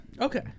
Okay